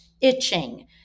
itching